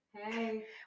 hey